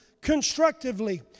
constructively